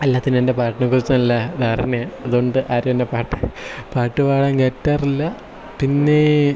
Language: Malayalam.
എല്ലാറ്റിനും എൻ്റെ പാട്ടിനെ കുറിച്ച് നല്ല ധാരണയാണ് അതുകൊണ്ട് ആരും എൻ്റെ പാട്ട് പാട്ടിനെ പാട്ടുപാടാൻ കയറ്റാറില്ല പിന്നേ